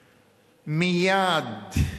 מייד.